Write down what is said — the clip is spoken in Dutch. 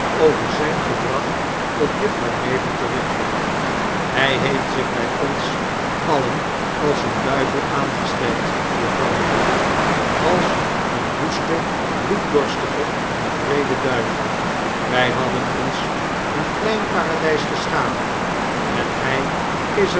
over zijn gedrag tot juffrouw mavor te richten hij heeft zich bij ons alien als een duivel aangesteld juffrouw mavor als een woeste bloeddorstige en wreede duivel wij hadden ons een klein paradijs geschapen en hij is